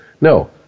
No